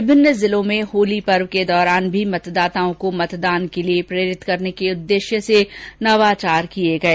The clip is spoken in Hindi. विभिन्न जिलों में होली पर्व के दौरान भी मतदाताओं को मतदान के लिए प्रेरित करने के उददेश्य से नवाचार किए गए